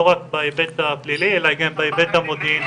רק בהיבט הפלילי אלא גם בהיבט המודיעיני.